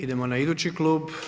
Idemo na idući klub.